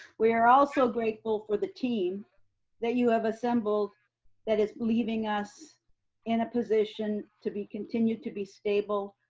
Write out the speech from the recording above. we are also grateful for the team that you have assembled that is leaving us in a position to be continued, to be stable.